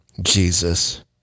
Jesus